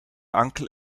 uncle